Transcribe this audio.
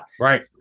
Right